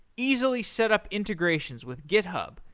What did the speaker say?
easily setup integrations with github,